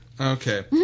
Okay